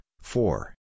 four